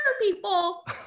people-